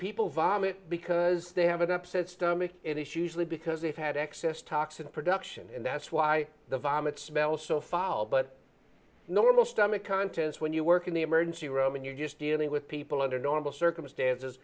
people vomit because they have an upset stomach it is usually because they've had excess toxin production and that's why the vomit smell so foul but normal stomach contents when you work in the emergency room and you're just dealing with people under normal circumstances